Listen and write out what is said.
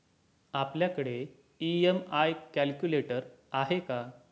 आपल्याकडे EMI calculator आहे का?